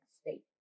state